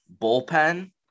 bullpen